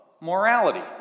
morality